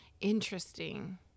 interesting